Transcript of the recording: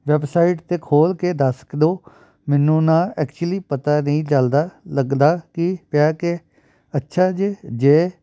website 'ਤੇ ਖੋਲ੍ਹ ਕੇ ਦੱਸ ਕ ਦਿਉ ਮੈਨੂੰ ਨਾ ਐਕਚੁਲੀ ਪਤਾ ਨਹੀਂ ਚਲਦਾ ਲੱਗਦਾ ਕੀ ਪਿਆ ਕਿ ਅੱਛਾ ਜੀ ਜੇ